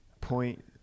point